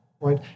right